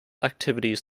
activities